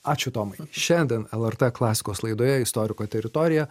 ačiū tomai šiandien lrt klasikos laidoje istoriko teritorija